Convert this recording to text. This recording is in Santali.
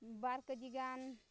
ᱵᱟᱨ ᱠᱮᱡᱤ ᱜᱟᱱ